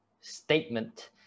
statement